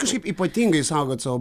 kažkaip ypatingai saugot savo